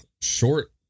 short